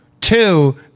two